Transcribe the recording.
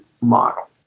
model